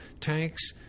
tanks